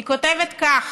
היא כותבת כך: